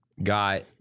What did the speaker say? got